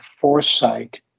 foresight